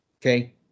Okay